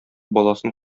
баласын